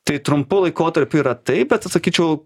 tai trumpu laikotarpiu yra taip bet aš sakyčiau